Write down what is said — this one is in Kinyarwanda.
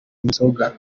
nzoga